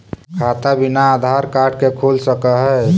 खाता बिना आधार कार्ड के खुल सक है?